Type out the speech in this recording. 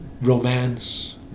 romance